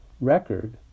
record